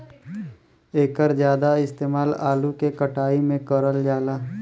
एकर जादा इस्तेमाल आलू के कटाई में करल जाला